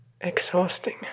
exhausting